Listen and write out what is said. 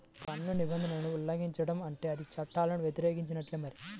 పన్ను నిబంధనలను ఉల్లంఘించడం అంటే అది చట్టాలను వ్యతిరేకించినట్టే మరి